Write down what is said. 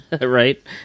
right